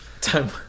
Time